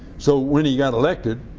so when he got elected,